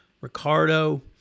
Ricardo